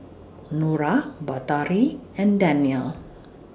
Nura Batari and Danial